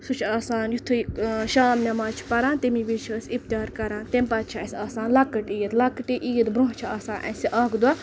سُہ چھِ آسان یُتھُے شام نٮ۪ماز چھِ پَران تمی وِز چھِ أسۍ اِفطار کَران تمہِ پَتہٕ چھِ اَسہِ آسان لۄکٕٹ عیٖد لۄکٕٹ یہِ عیٖد برونٛہہ چھِ آسان اَسہِ اَکھ دۄہ